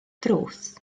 drws